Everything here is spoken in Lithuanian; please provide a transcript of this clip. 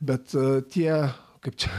bet tie kaip čia